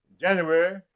January